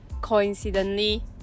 coincidentally